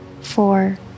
four